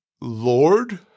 Lord